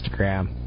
Instagram